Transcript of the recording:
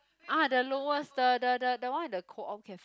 ah the lowest the the the the one with the Co-op cafe